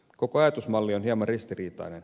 koko ajatusmalli on hieman ristiriitainen